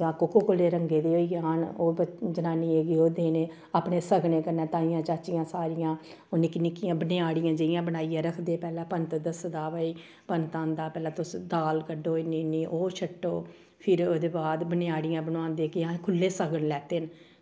जां Coca Cola रंगे दे होई जान जनानियें गी ओह् देने अपने सगने कन्नै ताइयां चाचियां सारियां ओह् निक्कियां निक्कियां बनेआड़ियां जेहियां बनाइयै रक्खदे पैह्ले पंत दसदा भाई पंत आंदा पैह्ले दाल क'ड्डो इन्नी ओह् शट्टो फिर ओह्दे बाद बनेआड़ियां बनाेआंदे केईं आखदे खु'ल्ले सगन लैत्ते न